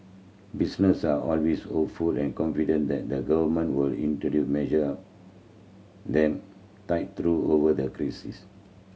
business are always hopeful and confident that the Government will introduce measure them tide through over the crisis